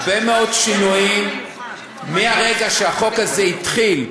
הרבה מאוד שינויים מהרגע שהחוק הזה התחיל.